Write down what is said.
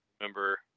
remember